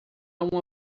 uma